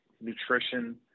nutrition